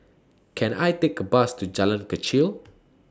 Can I Take A Bus to Jalan Kechil